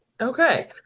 Okay